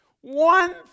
One